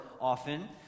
often